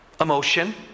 emotion